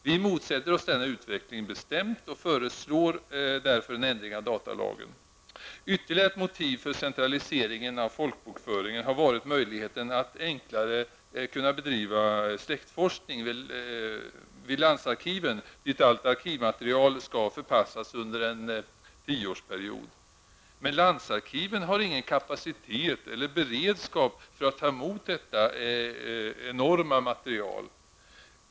Vi motsätter oss bestämt denna utveckling och föreslår därför en ändring av datalagen. Ytterligare ett motiv för centraliseringen av folkbokföringen har varit möjligheten att enklare bedriva släktforskning vid landsarkiven, dit allt arkivmaterial skall förpassas under en tioårsperiod. Men landsarkiven har ingen kapacitet eller beredskap för att ta emot detta enorma material.